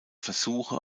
versuche